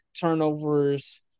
turnovers